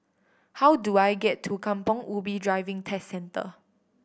how do I get to Kampong Ubi Driving Test Centre